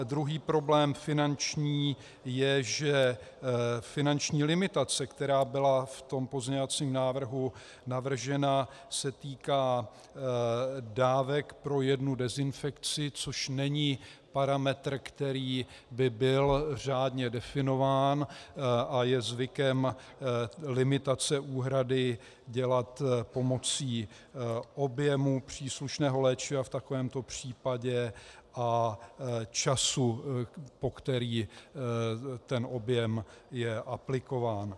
Druhý problém, finanční, je, že finanční limitace, která byla v pozměňovacím návrhu navržena, se týká dávek pro jednu dezinfekci, což není parametr, který by byl řádně definován, a je zvykem limitace úhrady dělat pomocí objemu příslušného léčiva v takovémto případě a času, po který ten objem je aplikován.